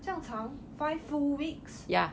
这样长 five full weeks